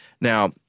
Now